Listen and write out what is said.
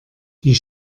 die